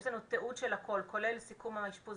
יש לנו תיעוד של הכל כולל סיכום האשפוז